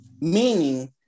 Meaning